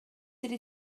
ydy